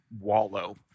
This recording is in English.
wallow